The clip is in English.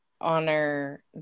honor